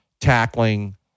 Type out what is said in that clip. tackling